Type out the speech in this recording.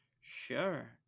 Sure